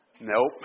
Nope